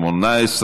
התשע"ח 2018,